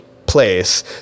place